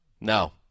No